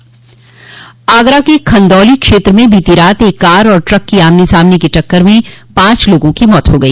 आगरा के खंदौली क्षेत्र में बीती रात एक कार और ट्रक की आमने सामने की टक्कर में पांच लोगों की मौत हो गई